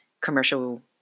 commercial